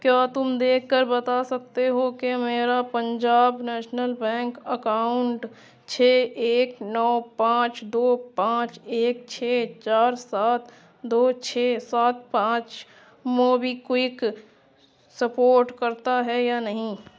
کیا تم دیکھ کر بتا سکتے ہو کہ میرا پنجاب نیشنل بینک اکاؤنٹ چھ ایک نو پانچ دو پانچ ایک چھ چار سات دو چھ سات پانچ موبیکوئک سپورٹ کرتا ہے یا نہیں